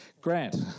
Grant